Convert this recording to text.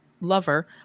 Lover